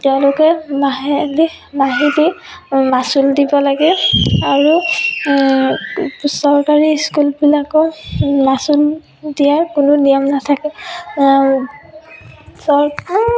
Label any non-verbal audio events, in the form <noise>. তেওঁলোকে মাহেলী মাহিলী মাচুল দিব লাগে আৰু চৰকাৰী স্কুলবিলাকত মাচুল দিয়াৰ কোনো নিয়ম নাথাকে <unintelligible>